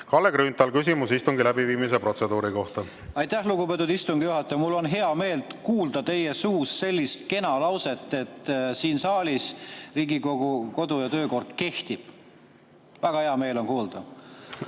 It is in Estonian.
Kalle Grünthal, küsimus istungi läbiviimise protseduuri kohta. Aitäh, lugupeetud istungi juhataja! Mul on hea meel kuulda teie suust sellist kena lauset, et siin saalis Riigikogu kodu- ja töökord kehtib. Väga hea meel on kuulda.